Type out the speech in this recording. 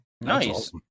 Nice